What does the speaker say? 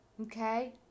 Okay